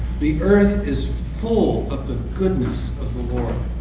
the earth is full of the goodness of the lord.